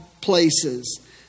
places